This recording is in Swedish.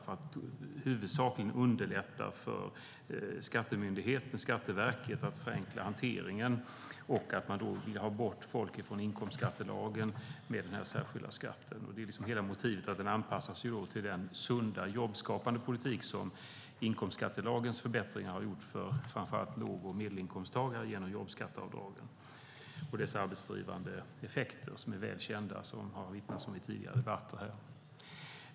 Syftet är huvudsakligen att underlätta för Skatteverket att förenkla hanteringen, och att man vill ha bort folk från inkomstskattelagen med den här särskilda skatten. Hela motivet är att den anpassas till den sunda, jobbskapande politik som inkomstskattelagens förbättringar har gjort för framför allt låg och medelinkomsttagare genom jobbskatteavdraget och dess arbetsdrivande effekter. De är väl kända och har vittnats om i tidigare debatter här.